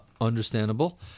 Understandable